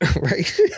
Right